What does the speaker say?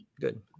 good